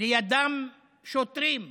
לידם שוטרים שמגינים,